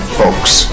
folks